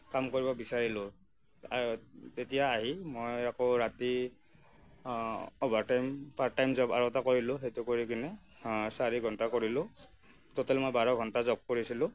কাম কৰিব বিচাৰিলোঁ তেতিয়া আহি মই আকৌ ৰাতি অভাৰটাইম পাৰ্ট টাইম জ'ব আৰু এটা কৰিলোঁ সেইটো কৰি কিনে চাৰি ঘণ্টা কৰিলোঁ টোটেল মই বাৰ ঘণ্টা জ'ব কৰিছিলোঁ